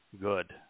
good